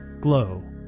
glow